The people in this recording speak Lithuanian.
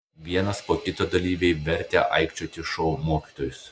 vienas po kito dalyviai vertė aikčioti šou mokytojus